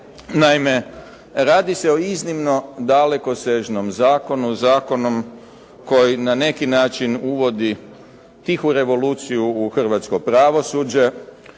Naime, radi se o iznimno dalekosežnom zakonu, Zakonu koji na neki način uvodi tihu revoluciju u Hrvatsko pravosuđe